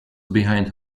behind